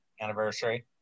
anniversary